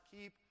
keep